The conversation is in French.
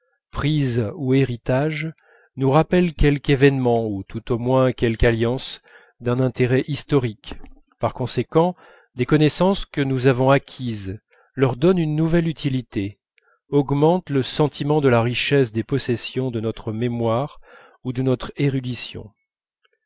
prise ou héritage nous rappelle quelque événement ou tout au moins quelque alliance d'un intérêt historique par conséquent des connaissances que nous avons acquises leur donne une nouvelle utilité augmente le sentiment de la richesse des possessions de notre mémoire ou de notre